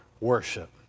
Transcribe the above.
worship